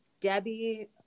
Debbie